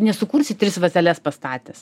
nesukursi tris vazeles pastatęs